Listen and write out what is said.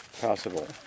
possible